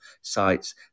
sites